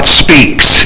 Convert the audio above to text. speaks